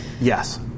Yes